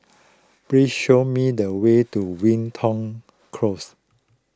please show me the way to Wilton Close